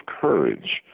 courage